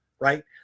right